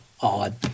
odd